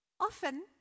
Often